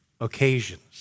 occasions